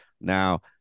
Now